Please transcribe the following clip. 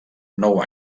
nou